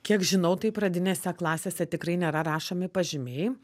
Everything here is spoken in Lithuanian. kiek žinau tai pradinėse klasėse tikrai nėra rašomi pažymiai